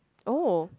oh